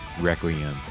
Requiem